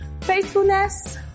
faithfulness